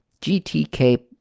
GTK